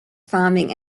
farming